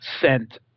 sent